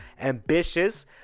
ambitious